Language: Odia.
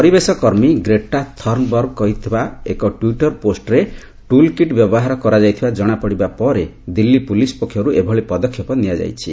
ପରିବେଶ କର୍ମୀ ଗ୍ରେଟା ଥର୍ଶ୍ଣବର୍ଗ କରିଥିବା ଏକ ଟ୍ୱିଟର ପୋଷ୍ଟରେ ଟୁଲ୍ କିଟ୍ ବ୍ୟବହାର କରାଯାଇଥିବା ଜଣାପଡ଼ିବା ପରେ ଦିଲ୍ଲୀ ପୁଲିସ୍ ପକ୍ଷରୁ ଏଭଳି ପଦକ୍ଷେପ ନିଆଯାଇଛି